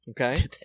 Okay